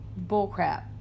bullcrap